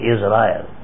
Israel